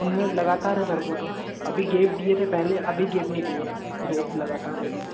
लगातार है इधर को तो अभी गैप दिए थे पहले अभी गैप नहीं दिए हैं दो लगातार है अभी